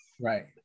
right